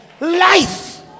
Life